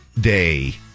day